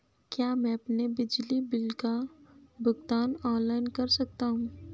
क्या मैं अपने बिजली बिल का भुगतान ऑनलाइन कर सकता हूँ?